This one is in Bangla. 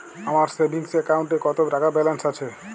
আমার সেভিংস অ্যাকাউন্টে কত টাকা ব্যালেন্স আছে?